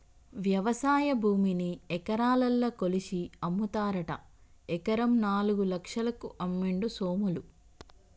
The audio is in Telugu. వ్యవసాయ భూమిని ఎకరాలల్ల కొలిషి అమ్ముతారట ఎకరం నాలుగు లక్షలకు అమ్మిండు సోములు